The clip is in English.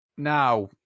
Now